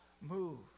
move